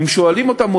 אם שואלים אותן,